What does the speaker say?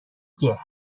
مگه